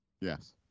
yes